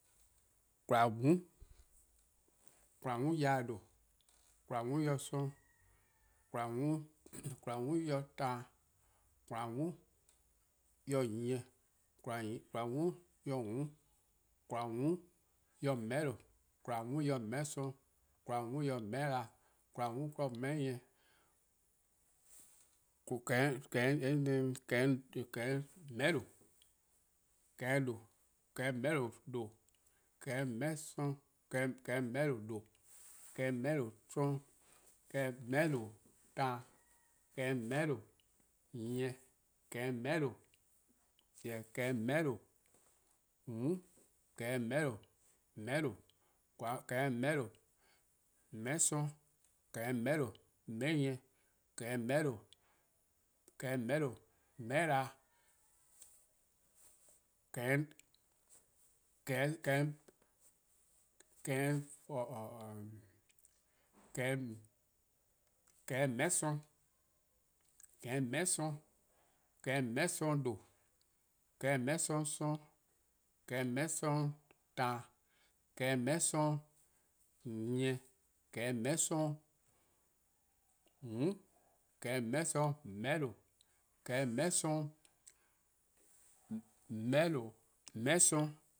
:Kwlaa :mm', :kwlaa :mm'-yor-eh :due', :kwlaa :mm'-yor 'sororn', :kwlaa :mm'-yor taan, :kwlaa :mm'-yor nyieh, :kwlaa :mm'-yor :mm', :kwlaa :mm'-yor :meheh'lo, :kwlaa :mm'-yor :meheh' 'sorn', :kwlaa :mm'-yor :meheh'na, :kwlaa :mm'-yor :meheh' nyieh, :kehehn' :meheh'lo, :kehehn' :meheh'lo: :due', :kehehn' :meheh'lo: 'sororn' :kehehn' :meheh'lo: taan, :kehehn' :meheh'lo: nyieh, :kehehn' :meheh'lo: :mm', :kehehn' :meheh'lo: :meheh'lo:, :a 'ble :kehehn' :meheh'lo: :meheh' 'sorn,, :kehehn' :meheh'lo: :meheh' nyieh, :kehehn' :meheh' 'sorn, :kehehn' :meheh' 'sorn :due', :kehehn' :meheh' 'sorn 'sororn', :kehehn' :meheh' 'sorn taan, :kehehn' :meheh' 'sorn nyieh, :kehehn' :meheh' 'sorn :mm', :kehehn' :meheh' 'sorn :meheh'lo:, :kehehn' :meheh' 'sorn :meheh' 'sorn